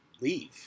leave